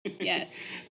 Yes